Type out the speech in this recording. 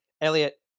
Elliot